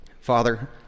Father